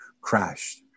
crashed